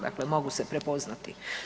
Dakle, mogu se prepoznati.